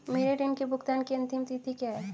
मेरे ऋण के भुगतान की अंतिम तिथि क्या है?